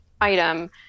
item